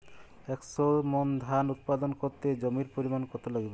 একশো মন ধান উৎপাদন করতে জমির পরিমাণ কত লাগবে?